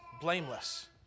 blameless